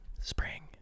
spring